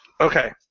Okay